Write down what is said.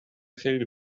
خیلی